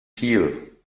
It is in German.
kiel